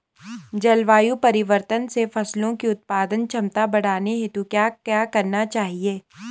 जलवायु परिवर्तन से फसलों की उत्पादन क्षमता बढ़ाने हेतु क्या क्या करना चाहिए?